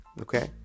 Okay